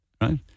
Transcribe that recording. right